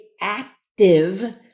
active